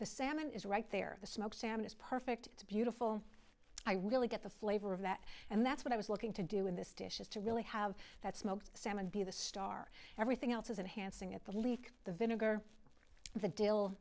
the salmon is right there the smoked salmon is perfect it's beautiful i really get the flavor of that and that's what i was looking to do in this dish is to really have that smoked salmon be the star everything else is in hansing at the leak the vinegar the deal